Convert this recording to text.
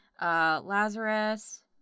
Lazarus